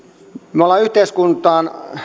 me olemme yhteiskuntaan